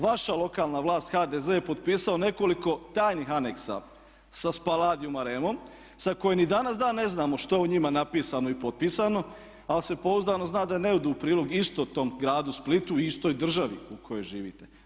Vaša lokalna vlast HDZ je potpisao nekoliko tajnih aneksa sa Spaladium arenom, sa kojim i dan danas ne znamo što je u njima napisano i potpisano, ali se pouzdano zna da ne idu u prilog istom tom gradu Splitu, istoj državi u kojoj živite.